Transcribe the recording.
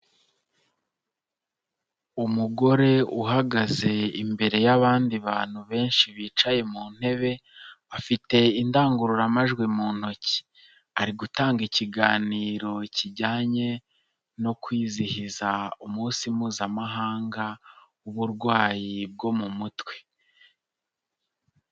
Umugore uhagaze imbere y'abandi bantu benshi bicaye mu ntebe, afite indangururamajwi mu ntoki ari gutanga ikiganiro kijyanye no kwizihiza umunsi mpuzamahanga w'uburwayi bwo mu mutwe.